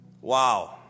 Wow